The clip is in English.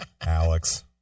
Alex